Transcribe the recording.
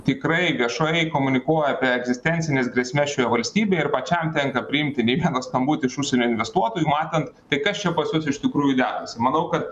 tikrai viešai komunikuoja apie egzistencines grėsmes šioje valstybėje ir pačiam tenka priimti ne vieną skambutį iš užsienio investuotojų matant tai kas čia pas jus iš tikrųjų dedasi manau kad